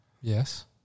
yes